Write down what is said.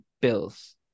Bills